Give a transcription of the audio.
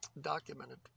documented